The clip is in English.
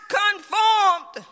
conformed